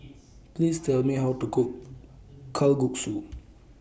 Please Tell Me How to Cook Kalguksu